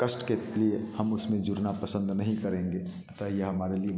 कष्ट के लिए हम उसमें जुड़ना पसंद नही करेंगे अत यह हमारे लिए